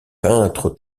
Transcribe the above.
peintre